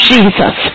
Jesus